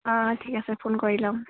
অঁ ঠিক আছে ফোন কৰি ল'ম